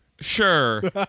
Sure